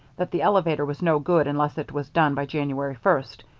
that the elevator was no good unless it was done by january first,